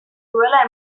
duela